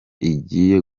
igiye